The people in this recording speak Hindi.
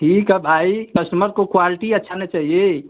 ठीक है भाई कस्टमर को क्वालटी अच्छा ना चाहिए